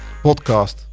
podcast